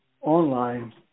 online